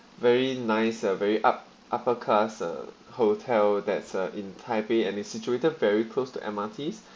very nice uh very up upper class uh hotel that's uh in taipei and it's situated very close to M_R_T